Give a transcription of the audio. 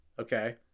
okay